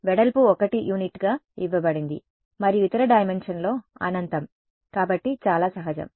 వెడల్పు 1 యూనిట్గా ఇవ్వబడింది మరియు ఇతర డైమెన్షన్లో అనంతం కాబట్టి చాలా సహజం